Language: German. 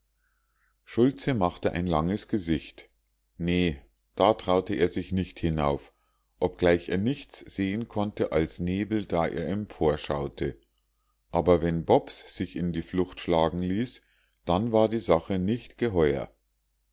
schultze machte ein langes gesicht ne da traute er sich nicht hinauf obgleich er nichts sehen konnte als nebel da er emporschaute aber wenn bobs sich in die flucht schlagen ließ dann war die sache nicht geheuer